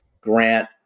grant